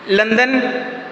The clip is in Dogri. लंदन